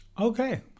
Okay